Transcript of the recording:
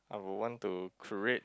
I will want to create